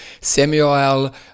Samuel